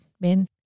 men